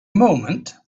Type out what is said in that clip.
moment